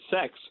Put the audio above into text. sex